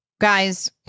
Guys